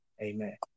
Amen